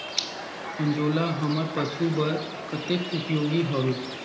अंजोला हमर पशु बर कतेक उपयोगी हवे?